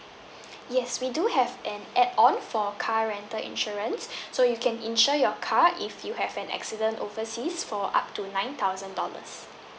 yes we do have an add on for car rental insurance so you can insure your car if you have an accident overseas for up to nine thousand dollars